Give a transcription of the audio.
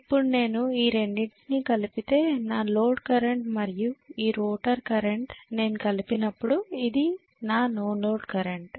ఇప్పుడు నేను ఈ రెండింటినీ కలిపితే నో లోడ్ కరెంట్ మరియు ఈ రోటర్ కరెంట్ నేను కలిపినప్పుడు ఇది నా నో లోడ్ కరెంట్